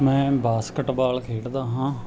ਮੈਂ ਬਾਸਕਟਬਾਲ ਖੇਡਦਾ ਹਾਂ